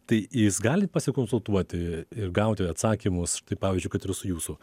tai jis gali pasikonsultuoti ir gauti atsakymus štai pavyzdžiui kad ir su jūsų